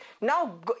Now